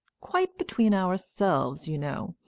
quite between ourselves, you know,